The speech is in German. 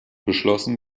beschlossen